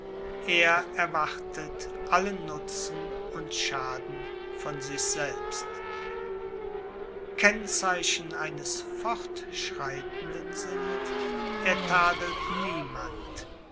er erwartet allen nutzen und schaden von sich selbst kennzeichen eines fortschreitenden sind er tadelt niemand